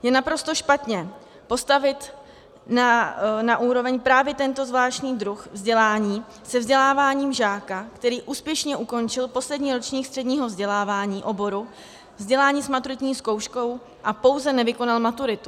Je naprosto špatně postavit na úroveň právě tento zvláštní druh vzdělání se vzděláváním žáka, který úspěšně ukončil poslední ročník středního vzdělávání oboru, vzdělání s maturitní zkouškou a pouze nevykonal maturitu.